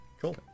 Cool